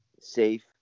safe